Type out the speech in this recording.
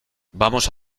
vamos